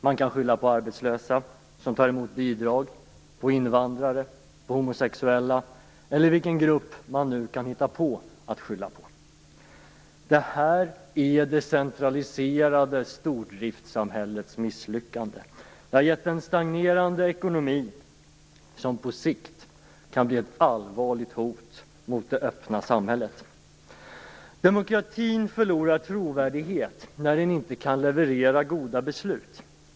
Man kan skylla på arbetslösa som tar emot bidrag, på invandrare, på homosexuella eller på andra grupper. Det här är det centraliserade stordriftssamhällets misslyckande. Det har gett en stagnerande ekonomi som på sikt kan bli ett allvarligt hot mot det öppna samhället. Demokratin förlorar trovärdighet när den inte kan leverera goda beslut.